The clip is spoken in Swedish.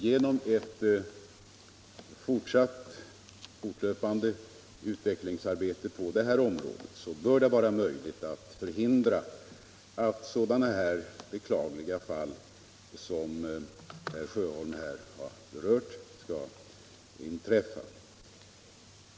Genom ett fortlöpande utvecklingsarbete på området bör det vara möjligt att förhindra uppkomsten av sådana beklagliga fall som det herr Sjöholm har berört.